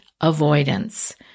avoidance